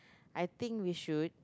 I think we should